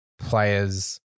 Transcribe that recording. players